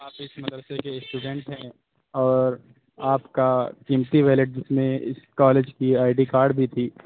آپ اِس مدرسے کے اسٹوڈنٹ ہیں اور آپ کا قیمتی ویلٹ جس میں اِس کالج کی آئی ڈی کارڈ بھی تھی